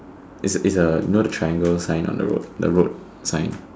is is a you know the triangle sign on the road the road sign